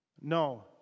No